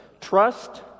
trust